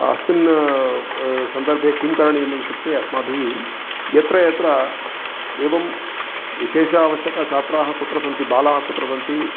अस्मिन् सन्दर्भे किं करणीयं इत्युक्ते अस्माभिः यत्र यत्र एवं विशेषावश्यकछात्राः कुत्र सन्ति बालाः कुत्र सन्ति